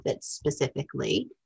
specifically